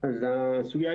הסוגיה,